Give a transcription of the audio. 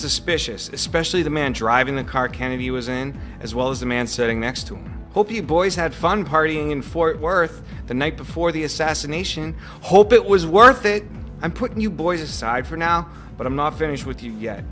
suspicious especially the man driving the car kennedy was in as well as the man sitting next to him hope you boys had fun partying in fort worth the night before the assassination hope it was worth it and put you boys aside for now but i'm not finished with you yet